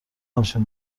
همچین